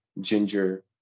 Ginger